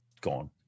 gone